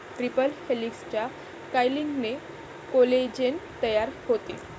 triple हेलिक्सच्या कॉइलिंगने collagen तयार होते